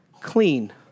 clean